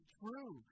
true